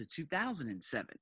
2007